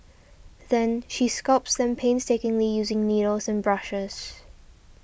then she sculpts them painstakingly using needles and brushes